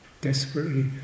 desperately